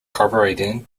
cooperating